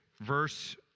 verse